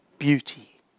Beauty